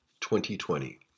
2020